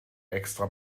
extra